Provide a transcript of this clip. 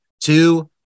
two